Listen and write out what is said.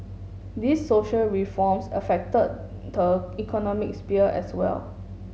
these social reforms affected the economic sphere as well